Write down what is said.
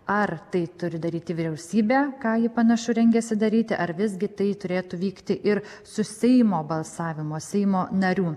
ar tai turi daryti vyriausybė ką ji panašu rengiasi daryti ar visgi tai turėtų vykti ir su seimo balsavimo seimo narių